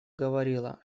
говорила